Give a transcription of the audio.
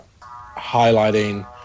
highlighting